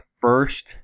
first